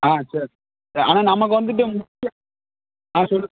ஆ சரி ஆனால் நமக்கு வந்துட்டு முக்கியம் ஆ சொல்லு